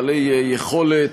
בעלי יכולת,